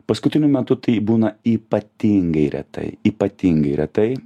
paskutiniu metu tai būna ypatingai retai ypatingai retai